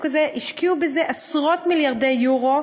השקיעו בזה עשרות-מיליארדי יורו,